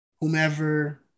whomever